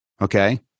Okay